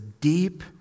deep